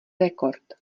rekord